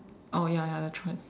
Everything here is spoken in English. oh ya ya ya the trans~